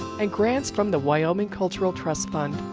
and grants from the wyoming cultural trust fund.